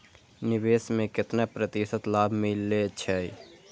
निवेश में केतना प्रतिशत लाभ मिले छै?